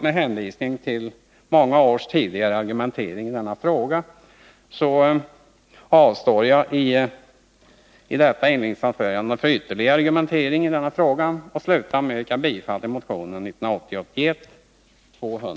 Med hänvisning till många års argumentering i denna fråga 18 november 1981 avstår jag från ytterligare argumentering och yrkar bifall till motion